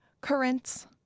currents